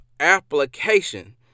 application